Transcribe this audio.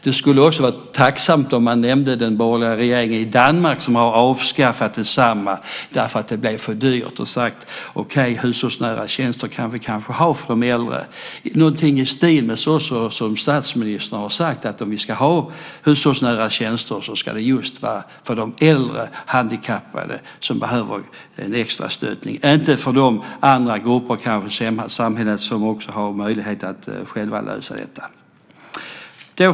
Det hade också varit tacksamt om den borgerliga regeringen i Danmark hade nämnts. Man har ju avskaffat detsamma därför att det blev för dyrt. I stället säger man: Okej, hushållsnära tjänster kan vi kanske ha för de äldre - alltså någonting i stil med vad statsministern här sagt, nämligen att om vi ska ha hushållsnära tjänster ska det vara för just äldre handikappade som behöver extra stöttning, inte för andra grupper i samhället som kanske har möjlighet att själva lösa detta.